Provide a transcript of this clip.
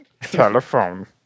telephone